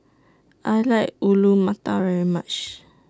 I like Alu Matar very much